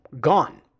gone